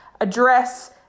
address